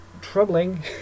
troubling